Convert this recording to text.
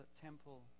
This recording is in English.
temple